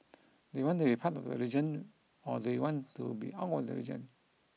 do you want to be part of the region or do you want to be out of the region